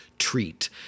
treat